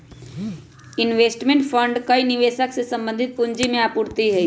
investment fund कई निवेशक से संबंधित पूंजी के आपूर्ति हई